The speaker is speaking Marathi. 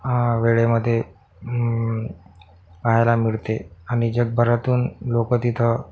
वेळेमध्ये पाहायला मिळते आणि जगभरातून लोक तिथं